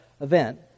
event